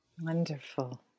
Wonderful